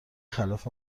خلاف